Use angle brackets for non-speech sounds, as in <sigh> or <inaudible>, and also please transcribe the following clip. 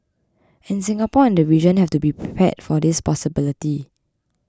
and Singapore and the region have to be <noise> prepared for this possibility